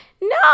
No